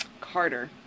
Carter